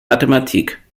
mathematik